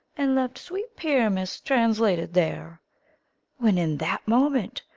and left sweet pyramus translated there when in that moment,